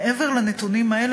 מעבר לנתונים האלה,